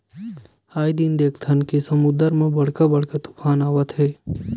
आए दिन देखथन के समुद्दर म बड़का बड़का तुफान आवत हे